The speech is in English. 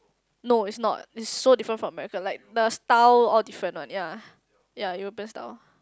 no is not is so different from America like the style all different one yea yea you best style